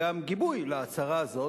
גם גיבוי להצהרה הזאת,